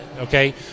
okay